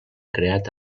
creat